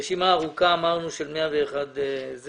אמרנו, רשימה ארוכה של 101 מוסדות.